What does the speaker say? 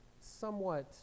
somewhat